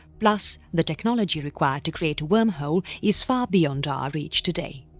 plus the technology required to create a wormhole is far beyond our reach today.